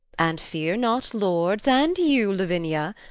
and fear not, lords and you, lavinia.